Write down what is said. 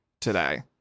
today